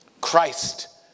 Christ